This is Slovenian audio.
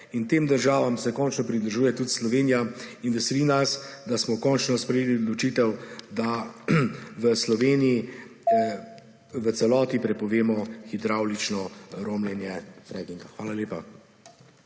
In tem državam se končno pridružuje tudi Slovenija. Veseli nas, da smo končno sprejeli odločitev, da v Sloveniji v celoti prepovemo hidravlično lomljenje ali fracking. Hvala lepa.